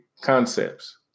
concepts